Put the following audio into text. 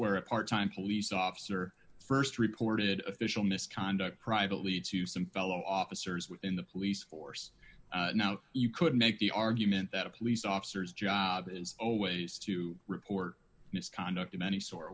where a part time police officer st reported official misconduct privately to some fellow officers within the police force now you could make the argument that a police officer's job is always to report misconduct of any sor